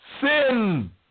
sin